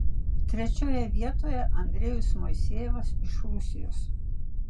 trečiojoje vietoje andrejus moisejevas iš rusijos